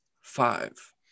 five